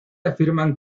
afirman